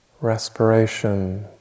respiration